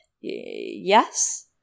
yes